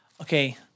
Okay